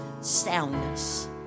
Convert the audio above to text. soundness